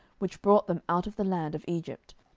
which brought them out of the land of egypt,